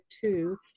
two